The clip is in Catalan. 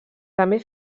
també